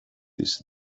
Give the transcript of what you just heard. this